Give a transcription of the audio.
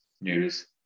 news